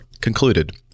concluded